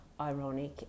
ironic